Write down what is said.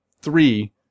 three